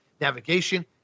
navigation